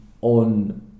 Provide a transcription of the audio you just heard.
on